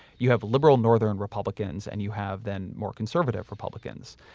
you have liberal northern republicans and you have then more conservative republicans.